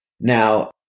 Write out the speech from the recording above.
Now